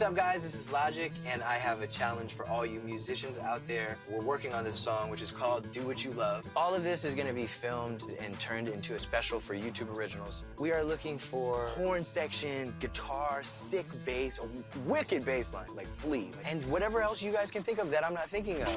ah guys? this is logic, and i have a challenge for all you musicians out there. we're working on this song which is called do what you love. all of this is gonna be filmed and turned into a special for youtube originals. we are looking for horn section, guitars, sick bass, wicked bass line like flea, and whatever else you guys can think of that i'm not thinking